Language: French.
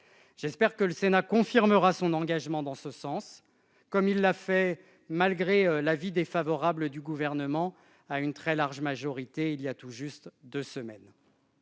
J'espère que le Sénat confirmera son engagement en ce sens, comme il l'a fait, malgré l'avis défavorable du Gouvernement, à une très large majorité voilà tout juste deux semaines.